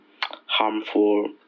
harmful